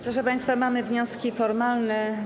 Proszę państwa, mamy wnioski formalne.